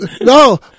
no